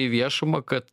į viešumą kad